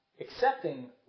accepting